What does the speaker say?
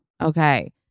Okay